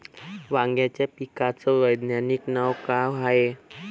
वांग्याच्या पिकाचं वैज्ञानिक नाव का हाये?